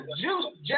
juice